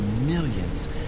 millions